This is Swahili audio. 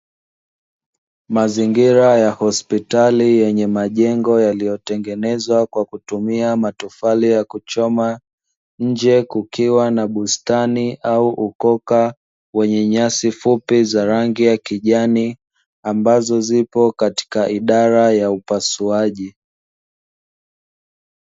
Mazingira ya hospitali yenye majengo yaliyotengenezwa kwa kutumia matofali ya kuchoma, nje kukiwa na bustani au ukoka wenye nyasi fupi za rangi ya kijani ambazo zipo katika idara ya upasuaji.